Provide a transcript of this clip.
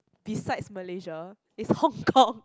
besides Malaysia is Hong Kong